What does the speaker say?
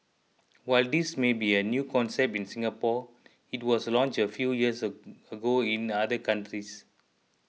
while this may be a new concept in Singapore it was launch a few years ago in other countries